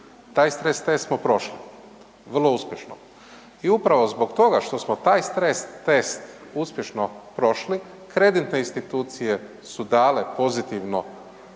Taj stres test smo prošli, vrlo uspješno i upravo zbog toga što smo taj stres test uspješno prošli kreditne institucije su dale pozitivno